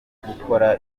gukora